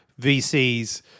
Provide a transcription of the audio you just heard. VCs